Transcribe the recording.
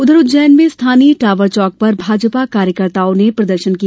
उधर उज्जैन में स्थानीय टावर चौक पर भाजपा कर्यकर्ताओं ने प्रदर्शन किया